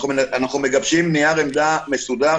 אנחנו מגבשים נייר עמדה מסודר,